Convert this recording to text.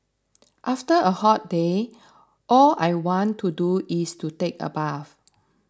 after a hot day all I want to do is to take a bath